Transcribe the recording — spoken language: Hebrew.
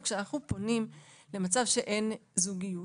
כשאנחנו פונים למצב שבו אין זוגיות,